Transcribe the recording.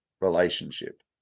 relationship